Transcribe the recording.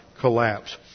collapse